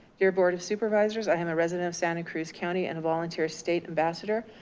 dear board of supervisors, i am a resident of santa cruz county and a volunteer state ambassador,